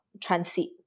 transit